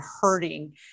hurting